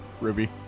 Ruby